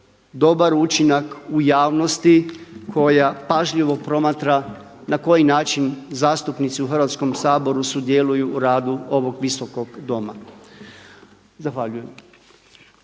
dobar učinak u javnosti koja pažljivo promatra na koji način zastupnici u Hrvatskom saboru sudjeluju u radu ovog Visokog doma. Zahvaljujem.